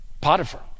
Potiphar